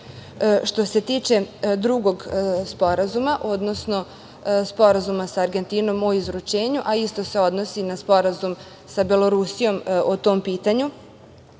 se tiče drugog sporazuma, odnosno Sporazuma sa Argentinom o izručenju, a isto se odnosi i na Sporazum sa Belorusijom o tom pitanju,